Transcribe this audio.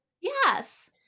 yes